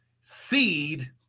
seed